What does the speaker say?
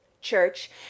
church